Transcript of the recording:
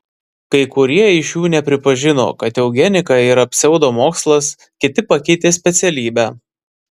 kai kurie iš jų nepripažino kad eugenika yra pseudomokslas kiti pakeitė specialybę